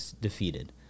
defeated